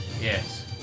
Yes